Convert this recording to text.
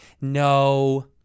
No